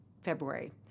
February